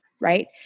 right